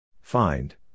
Find